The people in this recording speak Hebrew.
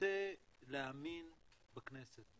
נוטה להאמין בכנסת.